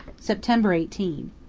september eighteen.